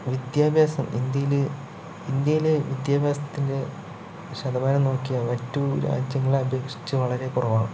വിദ്യാഭ്യാസം ഇന്ത്യയില് ഇന്ത്യയിലെ വിദ്യഭ്യാസത്തിൻ്റെ ശതമാനം നോക്കിയാൽ മറ്റുള്ള രാജ്യങ്ങളെ അപേക്ഷിച്ച് വളരെ കുറവാണ്